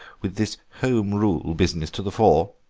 with this home rule business to the fore.